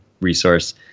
resource